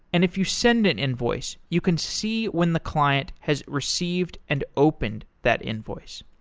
and if you send an invoice, you can see when the client has received and opened that invoice.